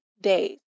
days